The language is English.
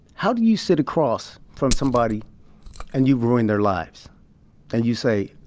how do you sit across from somebody and you've ruined their lives and you say,